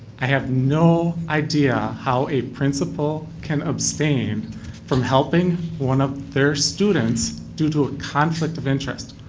i have no idea how a principal can abstain from helping one of their students due to a conflict of interest.